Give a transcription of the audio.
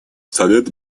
совет